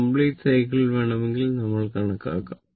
complete cycle വേണമെങ്കിൽ നമ്മൾ കണക്കാക്കണം